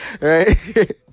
right